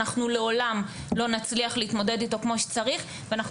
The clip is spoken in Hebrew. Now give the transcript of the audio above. אנחנו לעולם לא נצליח להתמודד איתו כמו שצריך ואנחנו